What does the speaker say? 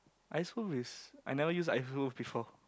ice wolf is I never use ice wolf before